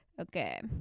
okay